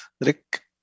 Rick